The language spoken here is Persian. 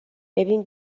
ببین